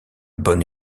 bon